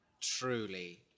truly